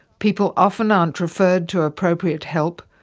people often aren't referred to appropriate help.